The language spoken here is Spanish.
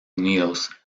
unidos